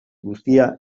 guztia